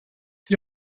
die